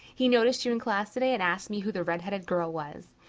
he noticed you in class today, and asked me who the red-headed girl was.